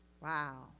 Wow